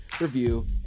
review